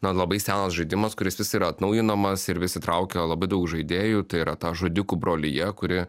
na labai senas žaidimas kuris vis yra atnaujinamas ir vis įtraukia labai daug žaidėjų tai yra ta žudikų brolija kuri